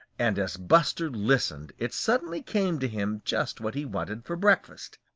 and as buster listened it suddenly came to him just what he wanted for breakfast.